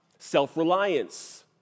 Self-reliance